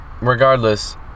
regardless